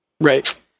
Right